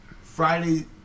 Friday –